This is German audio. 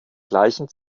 gleichen